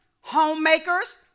homemakers